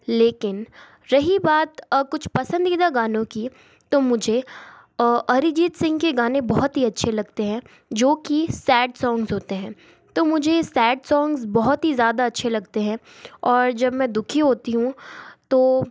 लेकिन रही बात कुछ पसंदीदा गानों की तो मुझे अरिजीत सिंह के गाने बहुत ही अच्छे लगते हैं जो की सैड सोंग्स होते हैं तो मुझे सैड सोंग्स बहुत ही ज़्यादा अच्छे लगते हैं और जब मैं दुखी होती हूँ तो